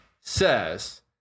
says